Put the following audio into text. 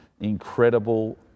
incredible